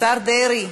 השר דרעי,